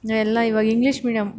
ಎಲ್ಲ ಇವಾಗ English medium